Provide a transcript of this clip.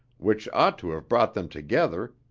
which ought to have brought them together,